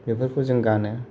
बेफोरखौ जोङो गानो